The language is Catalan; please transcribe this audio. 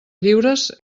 lliures